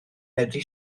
medru